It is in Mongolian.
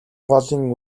голын